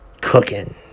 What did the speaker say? cooking